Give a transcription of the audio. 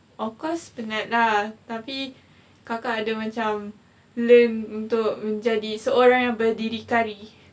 of course penat lah tapi kakak ada macam learn untuk menjadi seorang yang berdikari